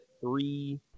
three